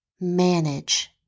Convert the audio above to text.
manage